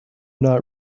not